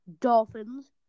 Dolphins